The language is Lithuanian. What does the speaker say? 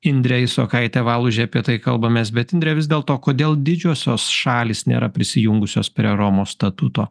indre isokaite valuže apie tai kalbamės bet indre vis dėlto kodėl didžiosios šalys nėra prisijungusios prie romos statuto